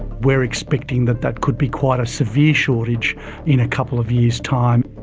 we're expecting that that could be quite a severe shortage in a couple of years' time.